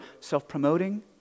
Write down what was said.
self-promoting